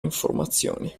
informazioni